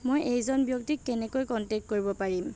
মই এইজন ব্যক্তিক কেনেকৈ কণ্টেক্ট কৰিব পাৰিম